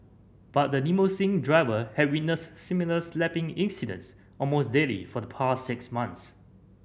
but the limousine driver had witnessed similar slapping incidents almost daily for the past six months